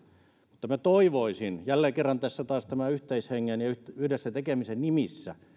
mutta minä toivoisin jälleen kerran tässä tämän yhteishengen ja yhdessä tekemisen nimissä